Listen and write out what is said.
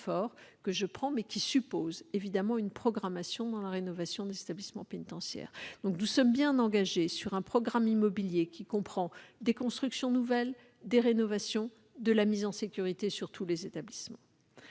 fort que je prends, lequel suppose une programmation dans la rénovation des établissements pénitentiaires. En résumé, nous sommes bien engagés sur un programme immobilier qui comprend des constructions nouvelles, des rénovations et de la mise en sécurité sur tous les établissements.